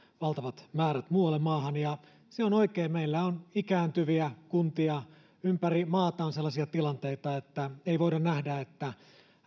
valtavat määrät muualle maahan ja se on oikein meillä on ikääntyviä kuntia ympäri maata on sellaisia tilanteita että ei voida nähdä että